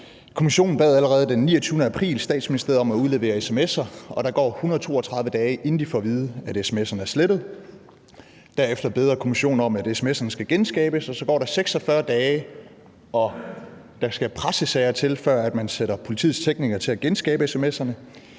Kommissionen bad allerede den 29. april Statsministeriet om at udlevere sms'er, og der går 132 dage, inden de får at vide, at sms'erne er slettet. Derefter beder kommissionen om, at sms'erne skal genskabes, og så går der 46 dage, og der skal presses af og til, før man sætter politiets teknikere til at genskabe sms'erne.